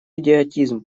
идиотизм